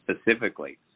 specifically